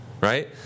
right